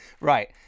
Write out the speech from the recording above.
Right